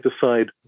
decide